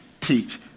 teach